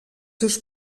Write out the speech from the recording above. seus